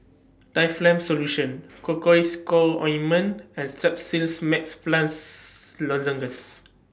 Difflam Solution Cocois Co Ointment and Strepsils Max Plus Lozenges